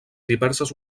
diverses